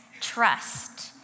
trust